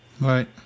Right